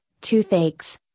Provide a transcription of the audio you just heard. toothaches